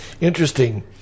interesting